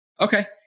Okay